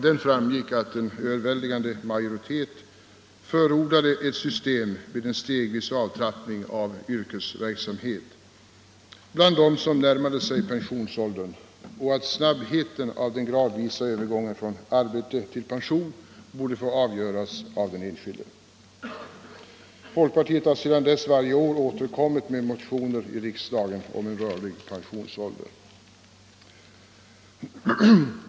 Det framgick att en överväldigande majoritet förordade ett system med en stegvis avtrappning av yrkesverksamhet bland dem som närmade sig pensionsåldern och att snabbheten i den gradvisa övergången från arbete till pension borde få avgöras av den enskilde. Folkpartiet har sedan länge varje år återkommit med motioner i riksdagen om en rörlig pensionsålder.